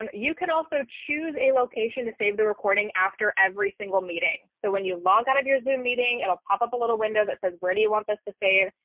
um you can also choose a location to save the recording after every single meeting. so when you log out of your zoom meeting, and i'll pop up a little window that says where do you want this to save,